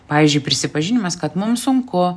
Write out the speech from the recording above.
pavyzdžiui prisipažinimas kad mum sunku